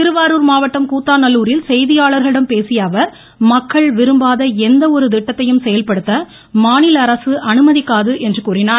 திருவாரூர் மாவட்டம் கூத்தாநல்லூரில் செய்தியாளர்களிடம் பேசியஅவர் மக்கள் விரும்பாத எந்த ஒரு திட்டத்தையும் செயல்படுத்த மாநில அரசு அனுமதிக்காது என்று கூறினார்